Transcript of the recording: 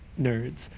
nerds